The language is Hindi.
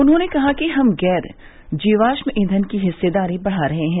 उन्होंने कहा कि हम गैर जीवाश्मईघन की हिस्सेदारी बढ़ा रहे हैं